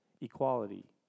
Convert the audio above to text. equality